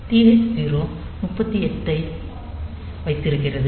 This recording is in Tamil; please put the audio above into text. TH 0 38h ஐ வைத்திருக்கிறது